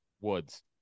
woods